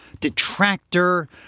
detractor